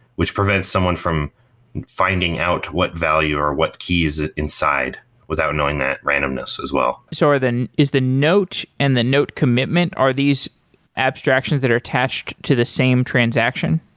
which prevents someone from finding out what value, or what key is ah inside without knowing that randomness as well so sorry, then is the note and the note commitment, are these abstractions that are attached to the same transaction?